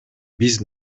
биз